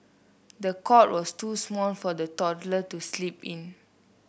the cot was too small for the toddler to sleep in